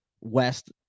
West